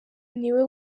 niwe